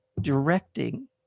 directing